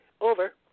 Over